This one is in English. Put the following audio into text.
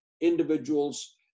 individual's